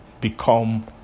become